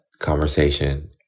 conversation